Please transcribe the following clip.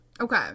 Okay